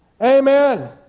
Amen